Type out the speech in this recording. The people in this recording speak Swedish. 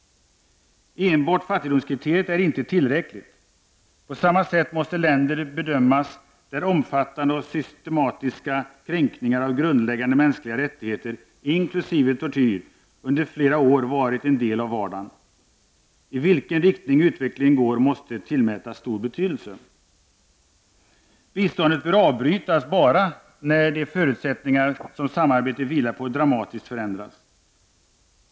Enbart fattigdomskriteriet är inte tillräckligt. På samma sätt måste länder bedömas där omfattande och systematiska kränkningar av grundläggande mänskliga rättigheter, inkl. tortyr, under flera år har varit en del av vardagen. I vilken riktning utvecklingen går måste tillmätas en stor betydelse. Biståndet bör avbrytas bara när de förutsättningar som samarbetet vilar på dramatiskt förändras.